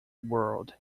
world